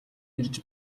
ирж